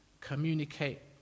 communicate